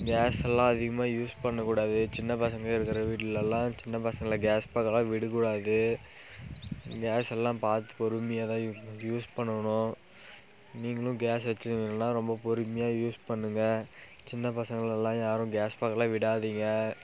case எல்லாம் அதிகமாக use பண்ணக்கூடாது சின்ன பசங்க இருக்கிற வீட்லலாம் சின்ன பசங்களை கேஸ் பக்கம்லாம் விடக்கூடாது கேஸ் எல்லாம் பார்த்து பொறுமையாக தான் யூஸ் யூஸ் பண்ணனும் நீங்களும் கேஸை வச்சிருந்திங்கன்னா ரொம்ப பொறுமையாக யூஸ் பண்ணுங்கள் சின்ன பசங்களலாம் யாரும் கேஸ் பக்கம்லாம் விடாதிங்க